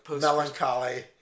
melancholy